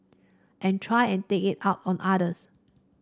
and try and take it out on others